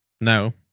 no